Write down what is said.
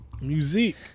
Music